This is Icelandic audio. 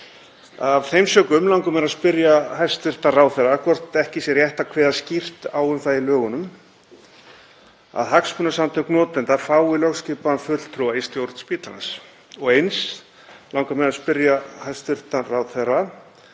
Af þeim sökum langar mig að spyrja hæstv. ráðherra hvort ekki sé rétt að kveða skýrt á um það í lögunum að hagsmunasamtök notenda fái lögskipaðan fulltrúa í stjórn spítalans. Eins langar mig að spyrja hæstv. ráðherra